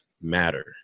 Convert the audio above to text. matter